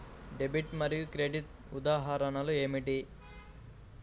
Debit మరియు credit ఉదాహరణలు ఏమిటీ?